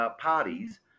parties